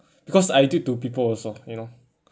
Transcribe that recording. because I did to people also you know